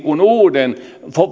uuden